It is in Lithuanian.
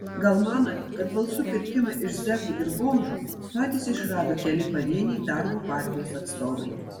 gal manote kad balsų pirkimą iš zekų ir bomžų patys išrado keli pavieniai darbo partijos atstovai